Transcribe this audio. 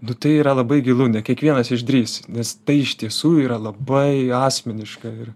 nu tai yra labai gilu ne kiekvienas išdrįs nes tai iš tiesų yra labai asmeniška ir